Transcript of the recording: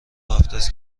هفتست